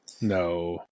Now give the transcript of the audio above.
No